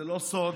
זה לא סוד